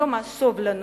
יום הסובלנות: